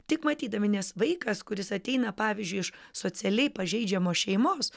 tik matydami nes vaikas kuris ateina pavyzdžiui iš socialiai pažeidžiamos šeimos